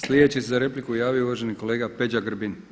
Sljedeći se za repliku javio uvaženi kolega Peđa Grbin.